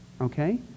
Okay